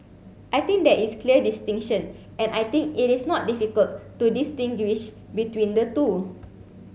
I think there is clear distinction and I think it is not difficult to distinguish between the two